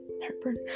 heartburn